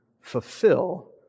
fulfill